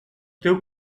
teu